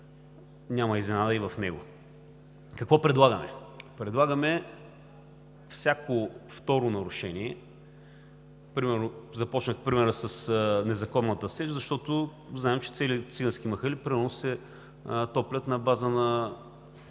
няма изненада и в него. Какво предлагаме? Предлагаме всяко второ нарушение – започнах с примера за незаконната сеч, защото знаем, че цели цигански махали се топлят на база на